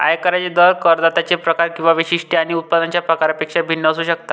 आयकरांचे दर करदात्यांचे प्रकार किंवा वैशिष्ट्ये आणि उत्पन्नाच्या प्रकारापेक्षा भिन्न असू शकतात